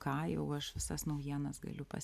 ką jau aš visas naujienas galiu pas